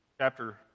chapter